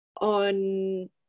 on